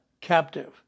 captive